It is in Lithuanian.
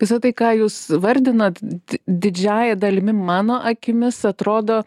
visa tai ką jūs vardinat di didžiąja dalimi mano akimis atrodo